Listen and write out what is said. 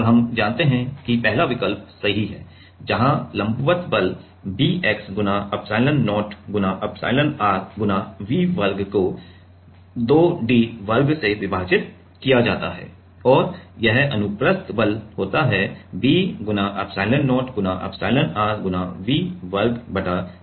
और हम जानते हैं कि पहला विकल्प सही है जहां लंबवत बल bx गुणा एप्सिलॉन0 एप्सिलॉनr V वर्ग को 2 d वर्ग से विभाजित किया जाता है और यह अनुप्रस्थ बल होता है b एप्सिलॉन0 एप्सिलॉनr V वर्ग बटा 2 d